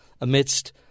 amidst